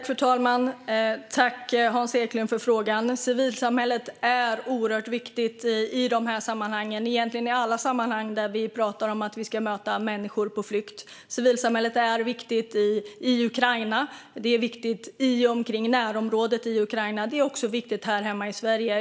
Fru talman! Tack, Hans Eklind, för frågan! Civilsamhället är oerhört viktigt i dessa sammanhang, egentligen i alla sammanhang där vi pratar om att möta människor på flykt. Civilsamhället är viktigt i Ukraina, i och omkring Ukrainas närområde och här hemma i Sverige.